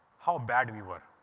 how bad we were.